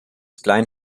klein